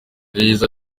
yagize